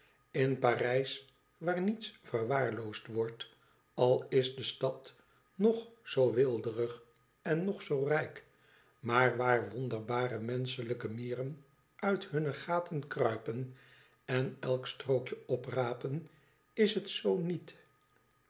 in parijs waar niets verwaarloosd wordt al is de stad nog zoo weelderig en nog zoo rijk maar waar wonderbare menschelijke mieren uit hunne gaten kruipen en elk strookje oprapen is het zoo niet